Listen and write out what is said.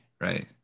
right